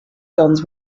guns